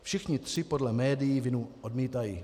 Všichni tři podle médií vinu odmítají.